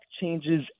changes